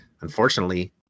unfortunately